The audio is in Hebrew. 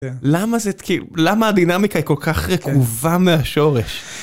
למה זה כאילו למה הדינאמיקה היא כל כך רקובה מהשורש.